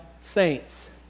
saints